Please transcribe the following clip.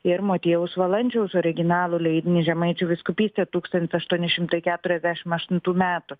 ir motiejaus valančiaus originalų lei žemaičių vyskupystė tūkstantis aštuonis šimtai keturiasdešim aštuntų metų